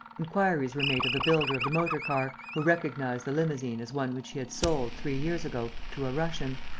inquiries were made of the builder of the motor-car, who recognized the limousine as one which he had sold, three years ago, to a russian.